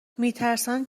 میترسند